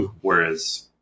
whereas